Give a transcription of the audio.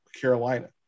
Carolina